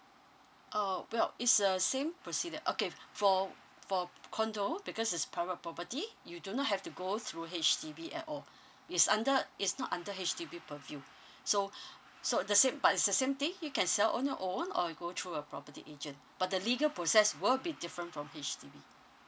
uh well it's a same procedure okay for for condo because is private property you do not have to go through H_D_B at all is under is not under H_D_B purview so so the same but it's the same thing you can sell on your own or you go through a property agent but the legal process will be different from H_D_B